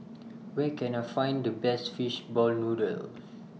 Where Can I Find The Best Fish Ball Noodles